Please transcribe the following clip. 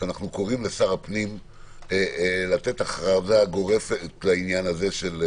שאנחנו קוראים לשר הפנים לתת הכרזה גורפת לעניין הזה.